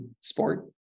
sport